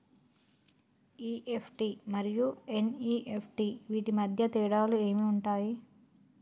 EFT మరియు NEFT వీటి మధ్య తేడాలు ఏమి ఉంటాయి?